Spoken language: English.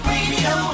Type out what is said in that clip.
Radio